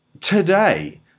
today